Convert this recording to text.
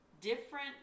different